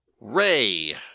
Ray